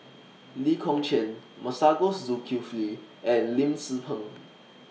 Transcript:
Lee Kong Chian Masagos Zulkifli and Lim Tze Peng